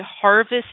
harvest